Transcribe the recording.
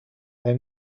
they